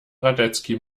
radetzky